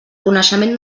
coneixement